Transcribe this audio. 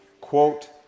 quote